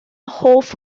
hoff